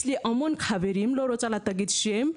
יש לי המון חברים שאני לא רוצה להגיד שמות,